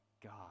God